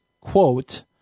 quote